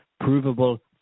provable